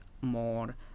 more